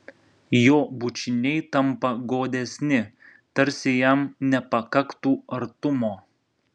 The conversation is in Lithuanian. jo bučiniai tampa godesni tarsi jam nepakaktų artumo